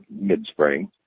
mid-spring